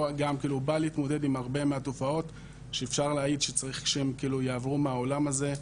ובא להתמודד עם הרבה מהתופעות שאפשר להעיד שהן יעברו מהעולם הזה,